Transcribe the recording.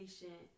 patient